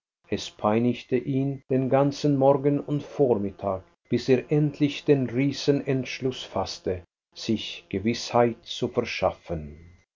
himmel es peinigte ihn den ganzen morgen und vormittag bis er endlich den riesenentschluß faßte sich gewißheit zu verschaffen